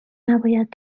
نباید